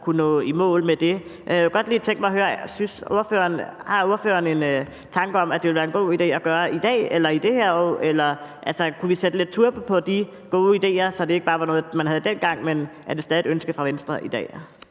kunne nå i mål med det. Jeg kunne godt lige tænke mig at høre, om ordføreren har en tanke om, at det ville være en god idé at gøre i dag eller i det her år. Kunne vi sætte lidt turbo på de gode idéer, så det ikke bare var noget, man havde dengang? Er det stadig et ønske fra Venstre i dag?